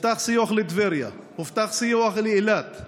הובטח סיוע לטבריה, הובטח סיוע לאילת.